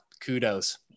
kudos